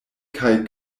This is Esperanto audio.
kaj